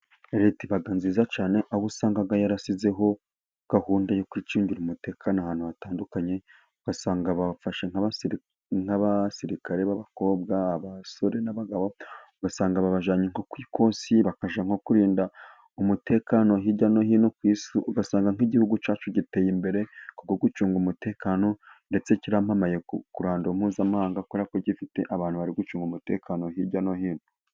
Leta iba nziza cyane aho usanga yarasizeho gahunda yo kwicungira umutekano ahantu hatandukanye. Ugasanga bafashe nk'abasirikare b'abakobwa, abasore n'abagabo ugasanga babajyanye nko ku ikosi, bakajya nko kurinda umutekano hirya no hino ku isi. Ugasanga nk'Igihugu cyacu giteye imbere, ku gucunga umutekano, ndetse kiramamaye ku ruhando mpuzamahanga, kubera ko gifite abantu bari gucunga umutekano hirya no hino.